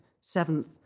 seventh